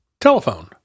telephone